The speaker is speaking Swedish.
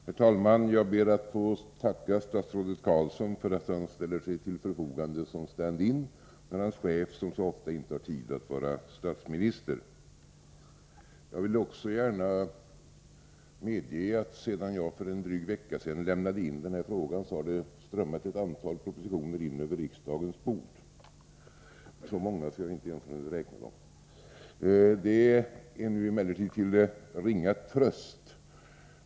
Herr talman! Jag ber att få tacka statsrådet Carlsson för att han ställer sig till förfogande som stand-in för sin chef, som så ofta inte har tid att vara statsminister. Jag vill också gärna medge att det sedan jag för en dryg vecka sedan lämnade in min fråga strömmat ett antal propositioner in över riksdagens bord, så många att jag inte ens hunnit räkna dem. Det är emellertid till ringa tröst.